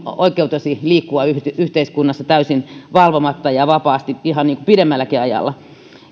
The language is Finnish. oikeutesi liikkua yhteiskunnassa täysin valvomatta ja vapaasti ihan pidemmälläkin ajalla